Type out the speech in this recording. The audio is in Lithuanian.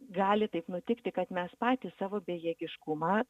gali taip nutikti kad mes patys savo bejėgiškumą